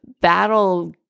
battle